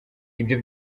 ibyo